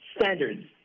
standards